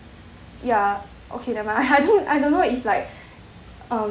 ya okay never mind I don't know I don't know if like